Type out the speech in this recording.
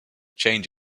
change